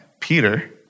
Peter